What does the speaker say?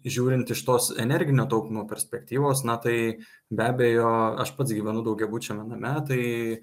žiūrint iš tos energinio taupymo perspektyvos na tai be abejo aš pats gyvenu daugiabučiame name tai